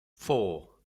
four